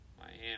Miami